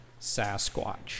Sasquatch